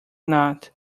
not